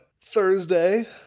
Thursday